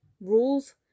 rules